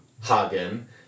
Hagen